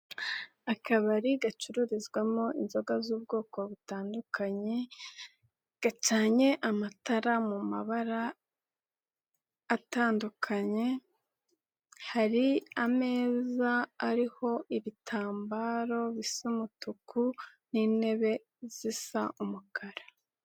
Akabari gacururizwamo inzoga z'ubwoko butandukanye, gacanye amatara mu mabara atandukanye, hari ameza ariho ibitambaro bisa umutuku n'intebe zisa umukara.